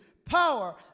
power